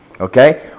Okay